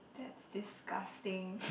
that's disgusting